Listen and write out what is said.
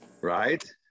Right